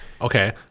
Okay